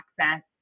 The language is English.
access